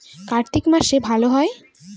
কার্তিক মাসে ভালো হয়?